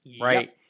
right